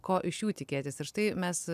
ko iš jų tikėtis ir štai mes